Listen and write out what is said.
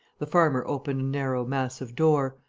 the farmer opened a narrow, massive door,